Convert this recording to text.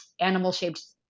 animal-shaped